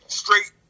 straight